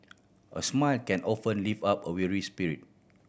a smile can often lift up a weary spirit